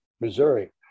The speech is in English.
Missouri